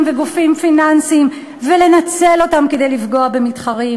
וגופים פיננסיים ולנצל אותם כדי לפגוע במתחרים,